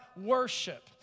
worship